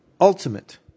ultimate